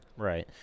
Right